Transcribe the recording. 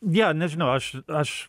ne nežinau aš aš